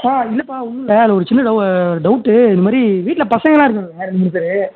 ஆ இல்லைப்பா ஒன்றும் இல்லை அது ஒரு சின்ன டவு டவுட்டு இது மாதிரி வீட்டில் பசங்கெல்லாம் இருக்காங்க ரெண்டு மூணு பேர்